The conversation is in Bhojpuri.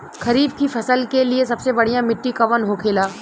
खरीफ की फसल के लिए सबसे बढ़ियां मिट्टी कवन होखेला?